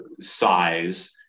size